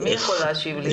מי יכול להשיב לי?